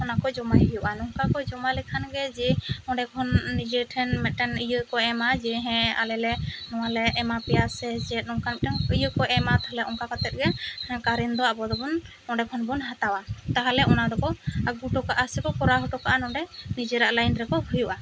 ᱚᱱᱟ ᱠᱚ ᱡᱚᱢᱟ ᱦᱩᱭᱩᱜᱼᱟ ᱱᱚᱝᱠᱟ ᱠᱚ ᱡᱚᱢᱟ ᱞᱮᱠᱷᱟᱱ ᱜᱮ ᱡᱮ ᱚᱸᱰᱮ ᱠᱷᱚᱱ ᱱᱤᱡᱮ ᱴᱷᱮᱱ ᱢᱤᱫ ᱴᱮᱱ ᱤᱭᱟᱹ ᱠᱚ ᱮᱢᱟ ᱡᱮ ᱦᱮᱸ ᱟᱞᱮ ᱞᱮ ᱱᱚᱣᱟ ᱞᱮ ᱮᱢᱟ ᱯᱮᱭᱟ ᱥᱮ ᱪᱮᱫ ᱱᱚᱠᱟ ᱢᱤᱫ ᱴᱟᱱ ᱤᱭᱟᱹ ᱠᱚ ᱮᱢᱟ ᱛᱟᱦᱚᱞᱮ ᱚᱱᱠᱟ ᱠᱟᱛᱮ ᱜᱮ ᱠᱟᱨᱮᱱ ᱫᱚ ᱟᱵᱚ ᱫᱚ ᱵᱚᱱ ᱚᱸᱰᱮ ᱠᱷᱚᱱ ᱵᱚᱱ ᱦᱟᱛᱟᱣᱟ ᱛᱟᱦᱚᱞᱮ ᱚᱱᱟ ᱫᱚ ᱠᱚ ᱟᱹᱜᱩ ᱴᱚ ᱠᱟᱜᱼᱟ ᱥᱮ ᱠᱚ ᱠᱚᱨᱟᱣ ᱴᱚ ᱠᱟᱜ ᱟ ᱱᱚᱰᱮ ᱱᱤᱡᱮᱨᱟᱜ ᱞᱟᱭᱤᱱ ᱨᱮ ᱠᱚ ᱦᱩᱭᱩᱜᱼᱟ